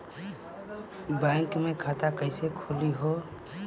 Bank मे खाता कईसे खुली हो?